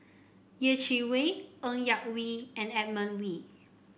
Yeh Chi Wei Ng Yak Whee and Edmund Wee